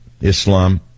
Islam